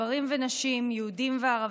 גברים ונשים, יהודים וערבים,